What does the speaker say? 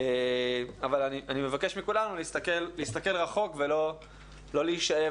אני מבקש מכולנו להסתכל רחוק ולא להישאב